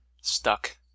stuck